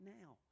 now